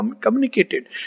communicated